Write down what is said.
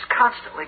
constantly